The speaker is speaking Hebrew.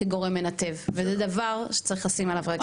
כגורם מנתב וזה דבר שצריך לשים עליו לב.